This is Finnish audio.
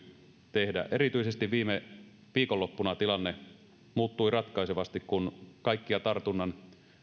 tehdä erityisesti viime viikonloppuna tilanne muuttui ratkaisevasti kun kaikkia tartunnan